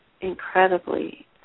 incredibly